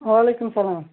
وعلیکُم سلام